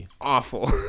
awful